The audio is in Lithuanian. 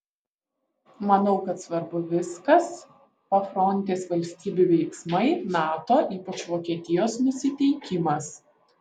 manau kad svarbu viskas pafrontės valstybių veiksmai nato ypač vokietijos nusiteikimas